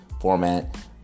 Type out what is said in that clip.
format